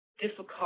difficult